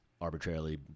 arbitrarily